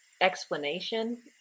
explanation